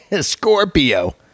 Scorpio